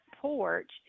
porch